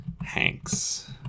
Hanks